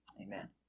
Amen